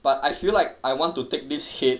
but I feel like I want to take this hate